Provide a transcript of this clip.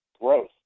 growth